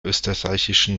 österreichischen